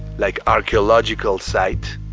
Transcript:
like archeological site.